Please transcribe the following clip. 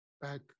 back